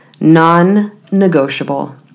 non-negotiable